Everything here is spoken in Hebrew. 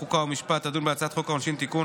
חוק ומשפט תדון בהצעת חוק העונשין (תיקון,